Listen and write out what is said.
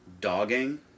dogging